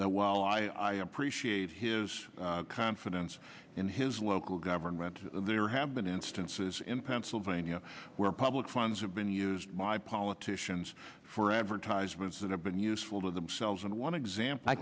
that while i appreciate his confidence in his local government there have been instances in pennsylvania where public funds have been used by politicians for advertisements that have been useful to themselves and one example i